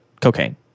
cocaine